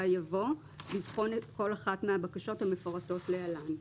יבוא "לבחון כל אחת מהבקשות המפורטות להלן".